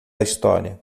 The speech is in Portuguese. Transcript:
história